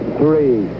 three